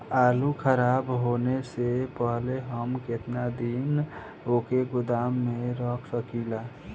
आलूखराब होने से पहले हम केतना दिन वोके गोदाम में रख सकिला?